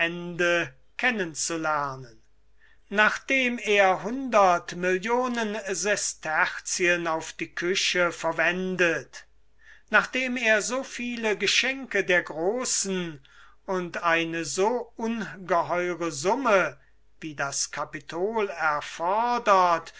kennen zu lernen nachdem er hundert millionen sesterzien auf die küche verwendet nachdem er so viele geschenke der großen und eine so ungeheure summe wie das capitol erfordert